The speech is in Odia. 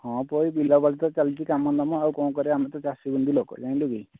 ହଁ ପୁଅ ଏଇ ବିଲାବାଡ଼ି ତ ଚାଲିଛି କାମଦାମ ଆଉ କ'ଣ କରିବା ଆମେ ତ ଚାଷି ମୁଲି ଲୋକ ଜାଣିଲୁ କି